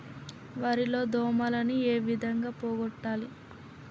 వరి లో దోమలని ఏ విధంగా పోగొట్టాలి?